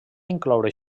incloure